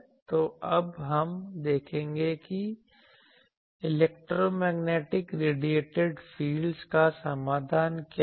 तो अब हम देखेंगे कि इलेक्ट्रोमैग्नेटिक रेडिएटिड क्षेत्रों का समाधान क्या है